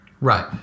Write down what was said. right